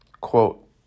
Quote